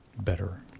better